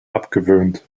abgewöhnt